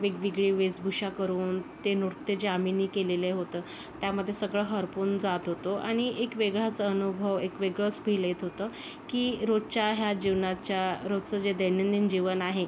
वेगवेगळी वेशभूषा करून ते नृत्य जे आम्हीनी केलेले होतं त्यामध्ये सगळं हरपून जात होतो आणि एक वेगळाच अनुभव एक वेगळंच फील येत होतं की रोजच्या ह्या जीवनाच्या रोजचं जे दैनंदिन जीवन आहे